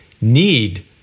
need